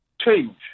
change